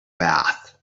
bath